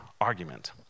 argument